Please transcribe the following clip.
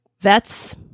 vets